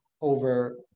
over